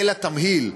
אלא תמהיל.